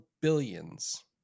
billions